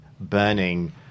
burning